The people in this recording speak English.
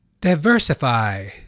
diversify